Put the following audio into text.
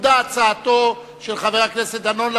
צמודה הצעתו של חבר הכנסת דנון,